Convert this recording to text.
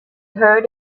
heard